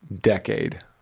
decade